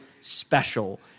special